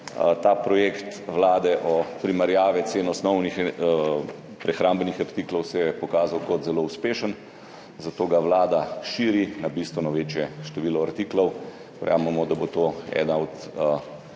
ta projekt vlade o primerjavi cen osnovnih prehrambnih artiklov pokazal kot zelo uspešen, zato ga Vlada širi na bistveno večje število artiklov. Verjamemo, da bo to eden od